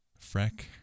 Freck